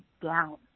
down